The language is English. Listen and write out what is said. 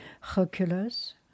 Hercules